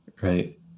right